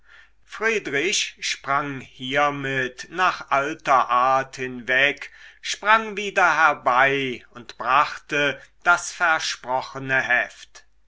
friedrich sprang hiermit nach alter art hinweg sprang wieder herbei und brachte das versprochene heft